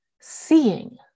seeing